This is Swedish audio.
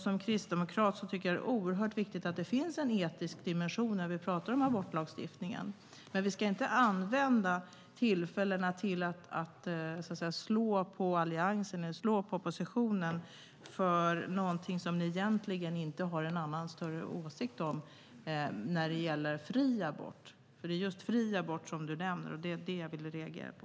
Som kristdemokrat tycker jag att det är oerhört viktigt att det finns en etisk dimension när vi talar om abortlagstiftningen, men vi ska inte använda tillfällena till att slå på Alliansen eller på oppositionen för något som man egentligen inte har någon annan åsikt om, nämligen fri abort. Det var ju just fri abort som du, Markus Wiechel, nämnde, och det var det jag ville reagera på.